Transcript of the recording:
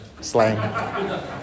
slang